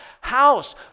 house